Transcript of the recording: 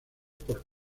por